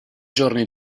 giorni